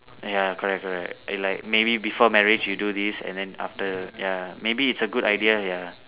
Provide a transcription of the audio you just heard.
ya correct correct like maybe before marriage you do this and then after ya maybe its a good idea ya